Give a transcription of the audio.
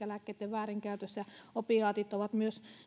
lääkkeitten väärinkäyttö ja opiaatit ovat myös